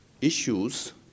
issues